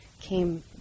came